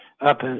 up